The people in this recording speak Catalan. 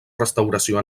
restauració